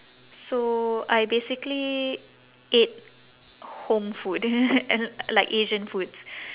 so I basically ate home food like asian foods